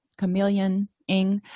chameleoning